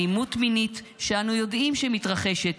אלימות מינית, שאנו יודעים שמתרחשת",